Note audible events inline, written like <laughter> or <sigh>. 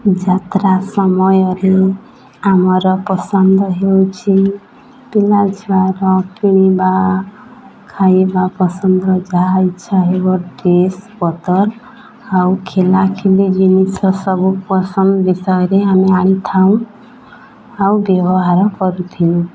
ଯାତ୍ରା ସମୟରେ ଆମର ପସନ୍ଦ ହେଉଛି ପିଲା ଛୁଆର କିଣିବା ଖାଇବା ପସନ୍ଦର ଯାହା ଇଚ୍ଛା ହେବ ଡ୍ରେସ୍ <unintelligible> ଆଉ ଖିଲାଖିଲି ଜିନିଷ ସବୁ ପସନ୍ଦ ବିଷୟରେ ଆମେ ଆଣିଥାଉ ଆଉ ବ୍ୟବହାର କରୁଥିନୁ